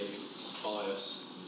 bias